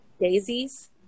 Daisies